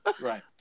Right